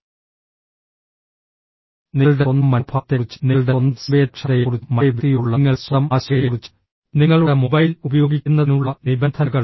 നിങ്ങളുടെ സ്വന്തം മനോഭാവത്തെക്കുറിച്ചും നിങ്ങളുടെ സ്വന്തം സംവേദനക്ഷമതയെക്കുറിച്ചും മറ്റേ വ്യക്തിയോടുള്ള നിങ്ങളുടെ സ്വന്തം ആശങ്കയെക്കുറിച്ചും നിങ്ങളുടെ മൊബൈൽ ഉപയോഗിക്കുന്നതിനുള്ള നിബന്ധനകൾ